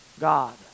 God